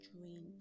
drained